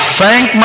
thank